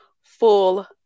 full